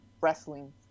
wrestling